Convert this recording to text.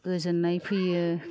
गोजोननाय फैयो